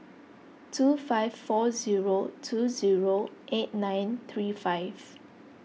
two five four zero two zero eight nine three five